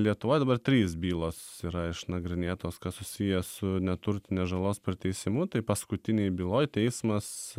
lietuvoj dabar trys bylos yra išnagrinėtos kas susiję su neturtinės žalos priteisimu tai paskutinėj byloj teismas